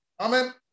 Amen